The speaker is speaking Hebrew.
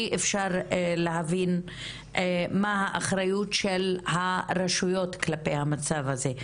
אי אפשר להבין מה האחריות של הרשויות כלפי המצב הזה.